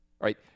right